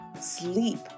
sleep